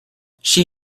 she